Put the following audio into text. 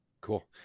Cool